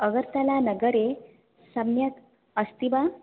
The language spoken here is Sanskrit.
अगरतलानगरे सम्यक् अस्ति वा